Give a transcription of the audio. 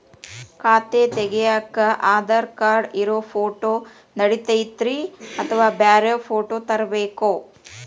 ಖಾತೆ ತಗ್ಯಾಕ್ ಆಧಾರ್ ಕಾರ್ಡ್ ಇರೋ ಫೋಟೋ ನಡಿತೈತ್ರಿ ಅಥವಾ ಬ್ಯಾರೆ ಫೋಟೋ ತರಬೇಕೋ?